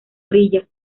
orilla